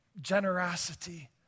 generosity